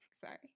sorry